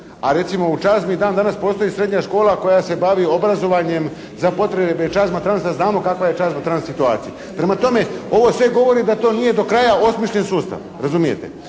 A recimo u Čazmi, dan-danas postoji srednja škola koja se bavi obrazovanjem za potrebe "Čazmatransa", a znamo kakva je u "Čazmatrans" situacija. Prema tome, ovo sve govori da to nije do kraja osmišljen sustav. Razumijete?